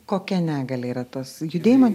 kokia negalia yra tas judėjimo